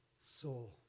soul